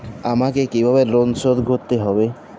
আমাকে কিভাবে লোন শোধ করতে হবে?